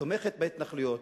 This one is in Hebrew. תומכת בהתנחלויות,